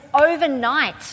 overnight